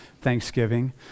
Thanksgiving